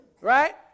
Right